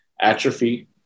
atrophy